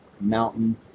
Mountain